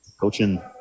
Coaching